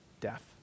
death